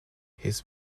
his